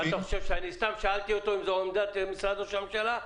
אתה חושב שסתם שאלתי אותו אם זו עמדת משרד ראש הממשלה?